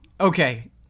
Okay